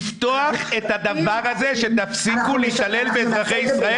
לפתוח את הדבר הזה שתפסיקו להתעלל באזרחי ישראל,